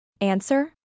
Answer